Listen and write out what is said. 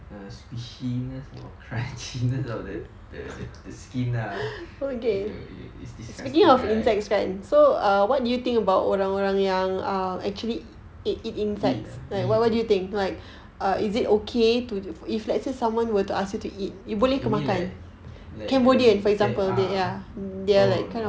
the squishiness or crunchiness of the the the skin lah it's disgusting right eat ah eat you mean like like ah oh